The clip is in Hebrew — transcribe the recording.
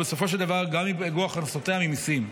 ובסופו של דבר גם ייפגעו הכנסותיה ממיסים.